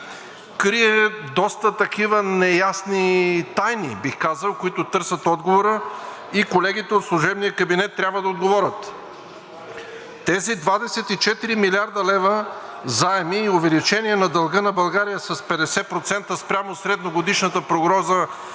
крие доста такива неясни тайни, бих казал, които търсят отговора и колегите от служебния кабинет трябва да отговорят. Тези 24 млрд. лв. заеми и увеличение на дълга на България с 50% спрямо средногодишната прогноза